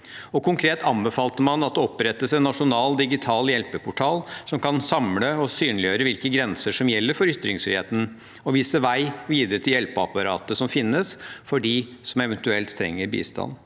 Konkret anbefalte man at det opprettes en nasjonal digital hjelpeportal som kan samle og synliggjøre hvilke grenser som gjelder for ytringsfriheten, og vise vei videre til hjelpeapparatet som finnes, for dem som eventuelt trenger bistand.